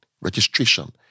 registration